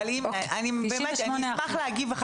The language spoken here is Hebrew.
אשמח להגיב.